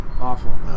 awful